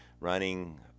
running